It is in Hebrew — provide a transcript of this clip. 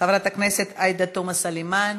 חברת הכנסת עאידה תומא סלימאן,